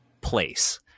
place